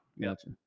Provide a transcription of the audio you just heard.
Gotcha